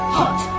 hot